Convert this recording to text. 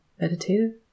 meditative